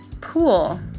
pool